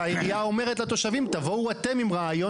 שהעירייה אומרת לתושבים שהם יבואו עם רעיון